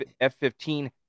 F-15